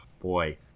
boy